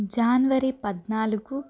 జనవరి పద్నాలుగు